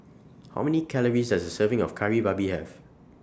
How Many Calories Does A Serving of Kari Babi Have